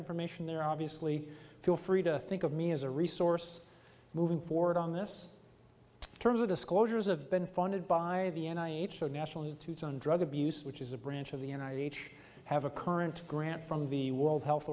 information there obviously feel free to think of me as a resource moving forward on this terms or disclosures of been funded by the end i h the national institute on drug abuse which is a branch of the united states have a current grant from the world health